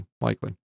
likely